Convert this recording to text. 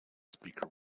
speaker